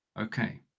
Okay